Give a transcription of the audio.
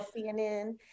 CNN